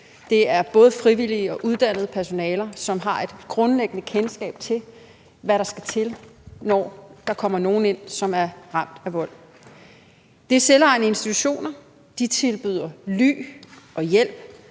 Det er både frivilligt og uddannet personale, som har et grundlæggende kendskab til, hvad der skal til, når der kommer nogen ind, som er ramt af vold. Det er selvejende institutioner. De tilbyder ly og hjælp,